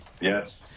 yes